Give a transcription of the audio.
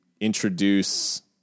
introduce